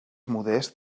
modest